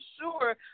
sure